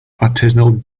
artisanal